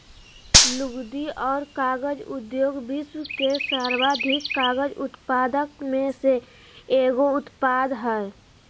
लुगदी और कागज उद्योग विश्व के सर्वाधिक कागज उत्पादक में से एगो उत्पाद हइ